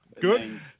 Good